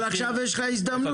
אבל עכשיו יש לך הזדמנות.